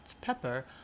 pepper